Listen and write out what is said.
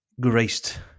graced